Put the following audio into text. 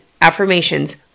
affirmations